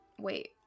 Wait